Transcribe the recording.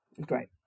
great